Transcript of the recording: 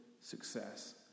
success